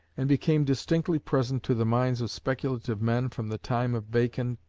and became distinctly present to the minds of speculative men from the time of bacon,